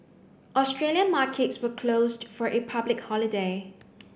Australian markets were closed for a public holiday